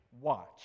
watch